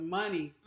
money